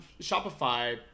Shopify